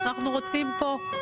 אנחנו רוצים פה,